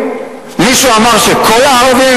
מישהו אמר שכל הגנבים הם ערבים?